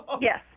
yes